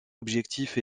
objectif